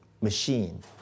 machine